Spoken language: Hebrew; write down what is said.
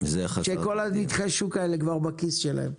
כשכל נתחי השוק האלה כבר בכיס שלהם,